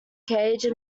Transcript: cage